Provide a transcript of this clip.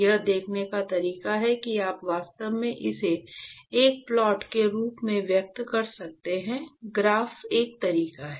यह देखने का तरीका है कि आप वास्तव में इसे एक प्लॉट के रूप में व्यक्त कर सकते हैं ग्राफ़ एक तरीका है